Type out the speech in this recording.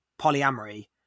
polyamory